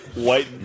White